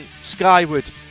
skyward